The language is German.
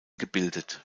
gebildet